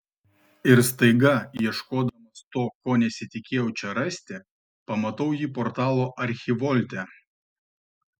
ir staiga ieškodamas to ko nesitikėjau čia rasti pamatau jį portalo archivolte